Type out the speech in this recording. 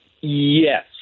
Yes